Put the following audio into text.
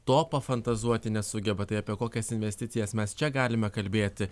to pafantazuoti nesugeba tai apie kokias investicijas mes čia galime kalbėti